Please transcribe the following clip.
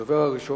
הצעות לסדר-היום